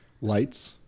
Lights